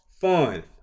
fun